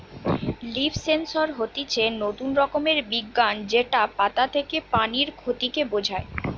leaf sensor হতিছে নতুন রকমের বিজ্ঞান যেটা পাতা থেকে পানির ক্ষতি কে বোঝায়